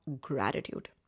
gratitude